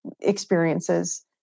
experiences